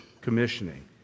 commissioning